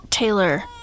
Taylor